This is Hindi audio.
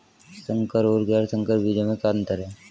संकर और गैर संकर बीजों में क्या अंतर है?